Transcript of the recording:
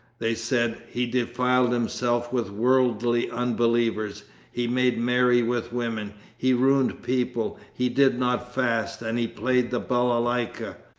they said, he defiled himself with worldly unbelievers he made merry with women he ruined people he did not fast, and he played the balalayka.